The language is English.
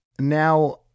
Now